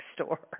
store